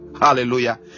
hallelujah